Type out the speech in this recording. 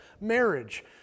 marriage